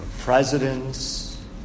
presidents